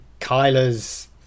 Kyler's